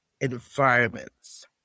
environments